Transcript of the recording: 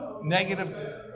negative